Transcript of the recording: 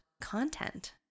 content